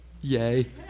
yay